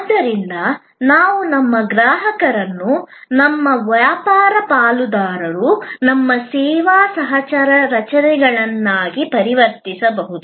ಆದ್ದರಿಂದ ನಾವು ನಮ್ಮ ಗ್ರಾಹಕರನ್ನು ನಮ್ಮ ವ್ಯಾಪಾರ ಪಾಲುದಾರರು ನಮ್ಮ ಸೇವಾ ಸಹ ರಚನೆಕಾರರನ್ನಾಗಿ ಪರಿವರ್ತಿಸಬಹುದು